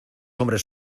hombres